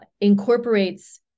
incorporates